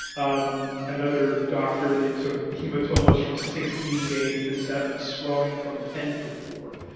um another doctor they took hematomas from sixteen days to seven, swelling from ten to four,